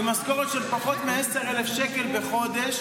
עם משכורת שלי של פחות מ-10,000 שקל בחודש,